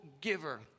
giver